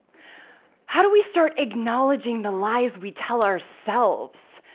how do we start acknowledging the lies we tell ourselves?